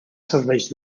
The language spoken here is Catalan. serveix